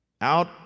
out